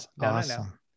awesome